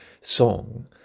song